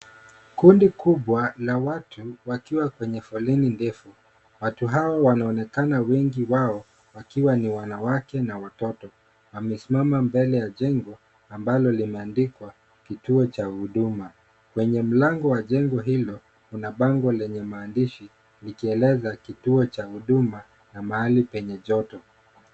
Kundi kubwa la watu wakiwa kwenye foleni ndefu. Watu hao wakionekana wengi wao wakiwa ni wanawake na watoto wamesimama mbele ya jengo ambalo limeandikwa kituo cha huduma . Kwenye mlango wa jengo hilo kuna bango lenye maandishi ikieleza kituo cha huduma na mahali penye joto.